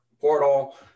portal